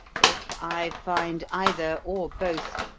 if i find either, or both,